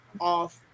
off